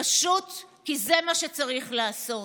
פשוט כי זה מה שצריך לעשות.